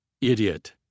Idiot